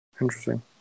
Interesting